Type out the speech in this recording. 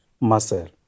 muscle